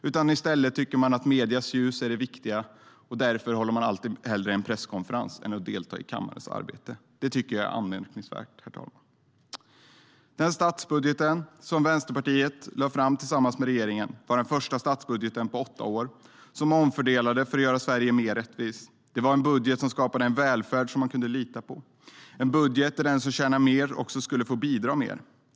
I stället tycker de att medias ljus är det viktiga. Därför håller de alltid hellre en presskonferens än att delta i kammarens arbete. Det tycker jag är anmärkningsvärt. Den statsbudget som Vänsterpartiet lade fram tillsammans med regeringen var den första statsbudgeten på åtta år som omfördelade för att göra Sverige mer rättvist. Det var en budget som skapade en välfärd som man kan lita på. Det var en budget som innebar att den som tjänar mer också skulle få bidra mer.